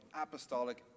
apostolic